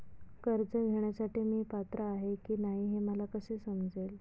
कर्ज घेण्यासाठी मी पात्र आहे की नाही हे मला कसे समजेल?